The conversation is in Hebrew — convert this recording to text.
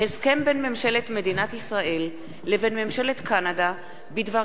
הסכם בין ממשלת מדינת ישראל לבין ממשלת קנדה בדבר